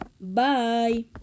Bye